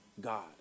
God